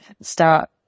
start